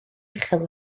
uchel